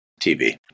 TV